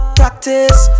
practice